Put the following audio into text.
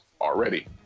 already